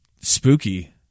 spooky